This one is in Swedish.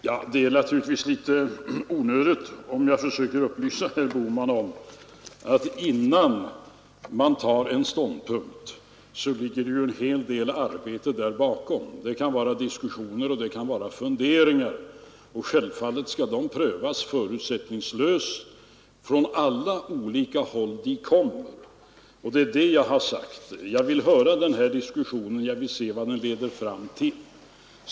Herr talman! Det är naturligtvis onödigt att upplysa herr Bohman om att det ligger en hel del arbete bakom, innan man tar ståndpunkt. Det kan t.ex. vara diskussioner och funderingar som förts fram från olika håll och som självfallet skall prövas förutsättningslöst. Det är vad jag har sagt. Jag vill lyssna på den diskussionen och se vad den leder fram till.